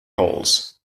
holes